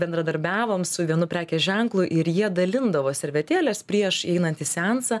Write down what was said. bendradarbiavom su vienu prekės ženklu ir jie dalindavo servetėles prieš įeinant į seansą